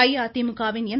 அஇஅதிமுக வின் எம்